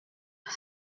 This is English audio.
for